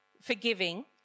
forgiving